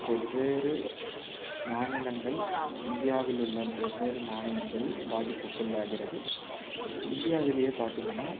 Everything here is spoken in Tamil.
வெவ்வேறு மாநிலங்கள் இந்தியாவிலுள்ள வெவ்வேறு மாநிலங்கள் பாதிப்புக்குள்ளாகிறது இந்தியாவிலேயே பார்த்திங்கன்னா